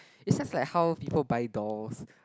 is just like how people buy dolls